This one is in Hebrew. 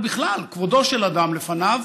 או בכלל כבודו של אדם לפניו,